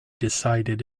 decided